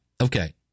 Okay